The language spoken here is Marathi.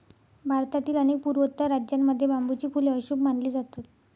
भारतातील अनेक पूर्वोत्तर राज्यांमध्ये बांबूची फुले अशुभ मानली जातात